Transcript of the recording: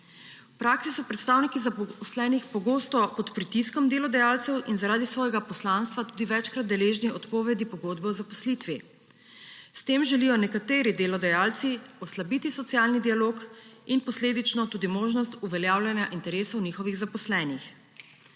V praksi so predstavniki zaposlenih pogosto pod pritiskom delodajalcev in zaradi svojega poslanstva tudi večkrat deležni odpovedi pogodbe o zaposlitvi. S tem želijo nekateri delodajalci oslabiti socialni dialog in posledično tudi možnost uveljavljanja interesov njihovih zaposlenih.